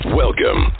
Welcome